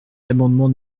l’amendement